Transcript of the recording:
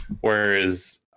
Whereas